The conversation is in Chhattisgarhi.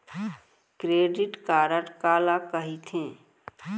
क्रेडिट कारड काला कहिथे?